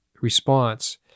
response